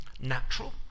natural